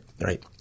right